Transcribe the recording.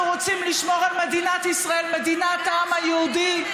רוצים לשמור על מדינת ישראל מדינת העם היהודי,